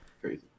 Crazy